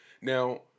Now